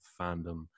fandom